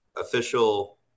official